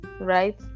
right